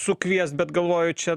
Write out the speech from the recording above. sukviest bet galvoju čia